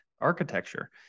Architecture